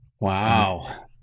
Wow